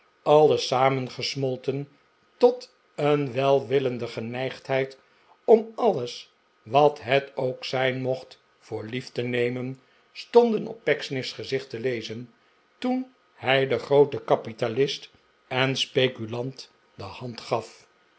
alles samehgesmolten tot een welwillende geneigdheid om alles wat het ook zijn mocht voor lief te nemen stonden op pecksniff's gezicht te lezen toen hij den grooten kapitalist en speculant de hand gaf